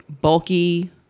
bulky